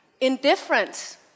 indifference